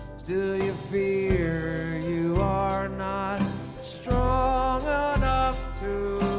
still you fear you are not strong enough to